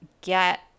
get